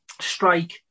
strike